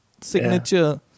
signature